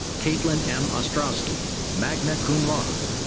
caitlin m. ostrowski, magna cum laude.